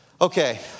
Okay